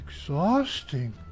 exhausting